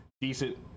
decent